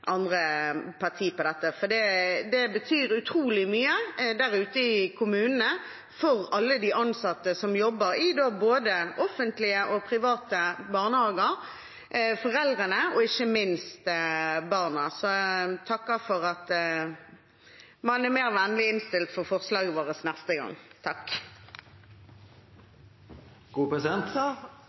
andre partier på dette. For det betyr utrolig mye der ute i kommunene for alle de ansatte som jobber i både offentlige og private barnehager, foreldrene og ikke minst barna. Så jeg takker for at man vil være mer vennlig innstilt til forslaget vårt neste gang. Takk